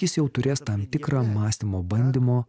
jis jau turės tam tikrą mąstymo bandymo